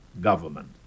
government